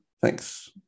Thanks